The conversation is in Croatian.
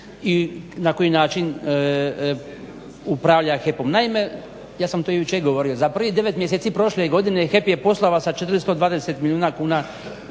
i na koji način upravlja HEP-om. Naime, ja sam to jučer govorio za prvih 9 mjeseci prošle godine HEP je poslovao sa 420 milijuna kuna